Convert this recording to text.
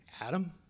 Adam